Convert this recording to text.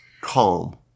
calm